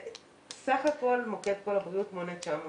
סך הכול מוקד קול הבריאות מונה 900 נציגים.